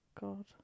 God